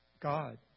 God